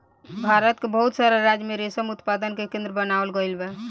भारत के बहुत सारा राज्य में रेशम उत्पादन के केंद्र बनावल गईल बा